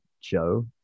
Joe